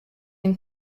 and